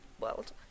world